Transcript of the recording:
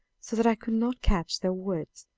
so that i could not catch their words,